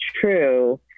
true